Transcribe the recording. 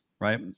right